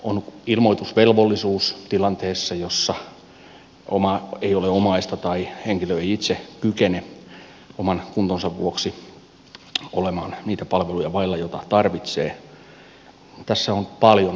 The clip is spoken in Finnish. on ilmoitusvelvollisuus tilanteessa jossa ei ole omaista tai henkilö ei itse kykene oman kuntonsa vuoksi olemaan niitä palveluja vailla joita tarvitsee